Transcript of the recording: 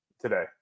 today